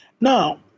Now